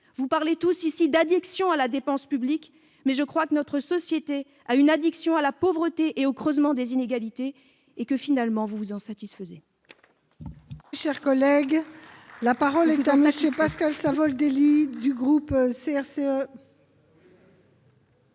vous parlez d'addiction à la dépense publique. Je pense surtout que notre société a une addiction à la pauvreté et au creusement des inégalités, ce dont, finalement, vous vous satisfaites.